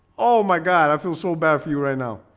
oh my god, i feel so bad for you right now.